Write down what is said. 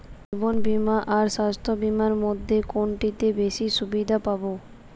জীবন বীমা আর স্বাস্থ্য বীমার মধ্যে কোনটিতে বেশী সুবিধে পাব?